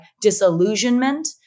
disillusionment